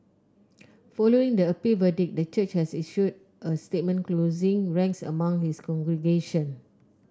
following the appeal verdict the church has issued a statement closing ranks among its congregation